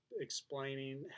explaining